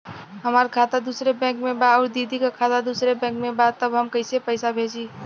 हमार खाता दूसरे बैंक में बा अउर दीदी का खाता दूसरे बैंक में बा तब हम कैसे पैसा भेजी?